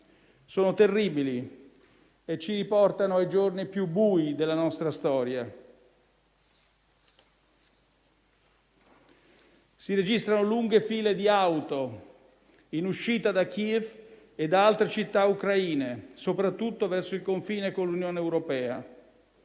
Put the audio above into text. sono terribili e ci riportano ai giorni più bui della nostra storia. Si registrano lunghe file di auto in uscita da Kiev e da altre città ucraine, soprattutto verso il confine con l'Unione europea.